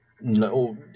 no